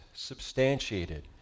Substantiated